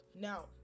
Now